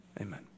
Amen